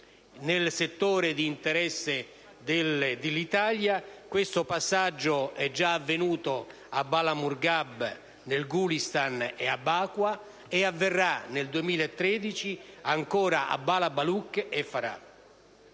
Nel settore di interesse dell'Italia questo passaggio è già avvenuto a Bala Murghab, nel Gulistan, ed a Bakua ed avverrà nel corrente anno ancora a Bala Baluk e Farah.